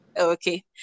Okay